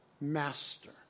master